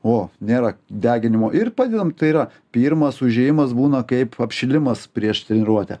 o nėra deginimo ir padedam tai yra pirmas užėjimas būna kaip apšilimas prieš treniruotę